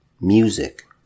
music